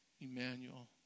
Emmanuel